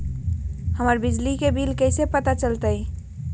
हमर बिजली के बिल कैसे पता चलतै?